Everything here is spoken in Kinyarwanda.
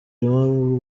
irimo